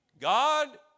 God